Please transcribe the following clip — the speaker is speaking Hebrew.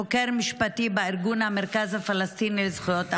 חוקר משפטי בארגון המרכז הפלסטיני לזכויות האדם,